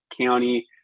County